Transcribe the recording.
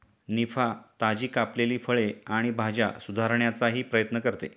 निफा, ताजी कापलेली फळे आणि भाज्या सुधारण्याचाही प्रयत्न करते